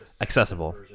accessible